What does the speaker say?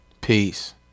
peace